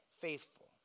faithful